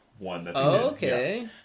Okay